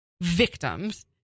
victims